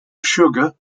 sugar